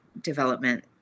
development